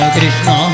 Krishna